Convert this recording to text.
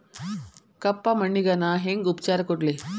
ಕಪ್ಪ ಮಣ್ಣಿಗ ನಾ ಹೆಂಗ್ ಉಪಚಾರ ಕೊಡ್ಲಿ?